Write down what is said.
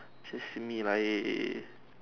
simi 来 eh eh